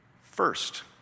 First